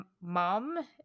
mom